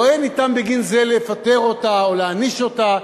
לא יהיה ניתן בגין זה לפטר אותה או להעניש אותה,